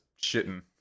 shitting